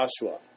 Joshua